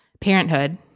parenthood